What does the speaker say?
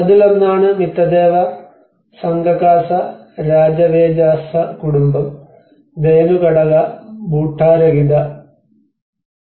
അതിലൊന്നാണ് മിതദേവ സംഘകാസ രാജവേജാസ കുടുംബം Dhenukakataka Bhutarakhita Mitadeva and Sanghakasa Rajavejasa family Dhenukakataka and Bhutarakhita